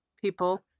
people